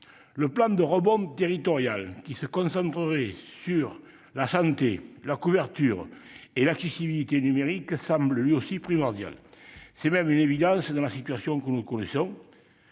Le « plan de rebond territorial », qui se concentrerait sur la santé ainsi que sur la couverture et l'accessibilité numérique, semble également primordial- c'est même une évidence dans la situation que nous connaissons.